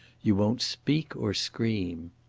you won't speak or scream.